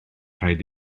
rhaid